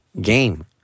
game